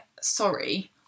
sorry